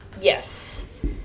yes